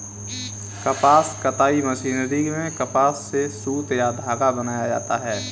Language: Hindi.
कपास कताई मशीनरी में कपास से सुत या धागा बनाया जाता है